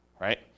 right